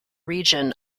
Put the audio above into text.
region